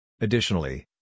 Additionally